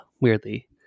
weirdly